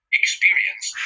experience